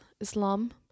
islam